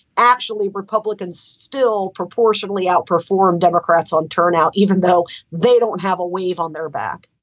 actually, republicans still proportionately outperform democrats on turnout, even though they don't have a wave on their back